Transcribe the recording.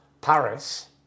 Paris